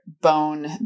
bone